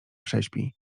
prześpi